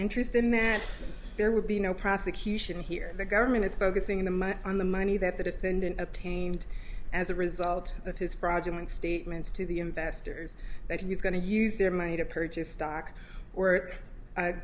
interest in then there would be no prosecution here the government is focusing the my on the money that the defendant obtained as a result of his fraudulent statements to the investors that he was going to use their money to purchase stock or